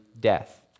death